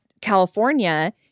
california